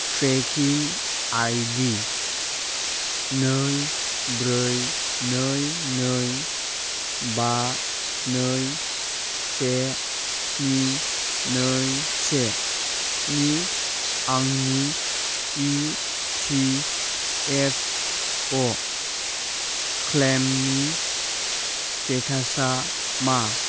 trekking ID नै ब्रै नै नै बा नै से स्नि नै से नि आंनि इ पि एफ अ' क्लेइमनि स्टेटासा मा